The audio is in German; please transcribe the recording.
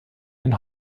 den